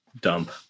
Dump